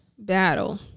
battle